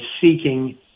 seeking